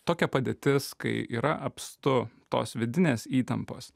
tokia padėtis kai yra apstu tos vidinės įtampos